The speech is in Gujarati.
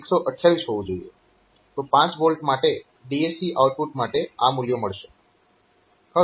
તો 5 V માટે DAC આઉટપુટ માટે આ મૂલ્ય મળશે